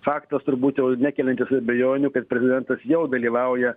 faktas turbūt jau nekeliantis abejonių kad prezidentas jau dalyvauja